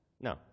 No